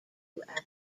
effort